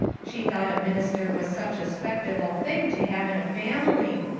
she thought a minister was such a spectable thing to have in a family.